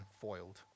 foiled